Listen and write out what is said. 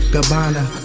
Gabbana